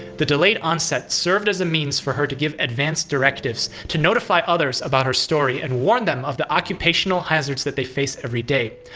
the delayed onset served as a means for her to give advanced directives to notify others about her story and warn them of the occupational hazards they face everyday.